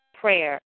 prayer